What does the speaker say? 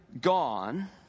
gone